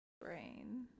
brain